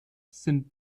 sind